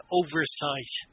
oversight